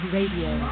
Radio